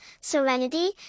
serenity